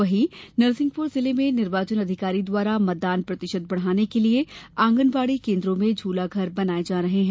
वहीं नरसिंहपुर जिले में निर्वाचन अधिकारी द्वारा मतदान प्रतिशत बढ़ाने के लिये आंगनवाड़ी केन्द्रों में झूलाघर बनाये जा रहे हैं